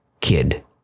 kid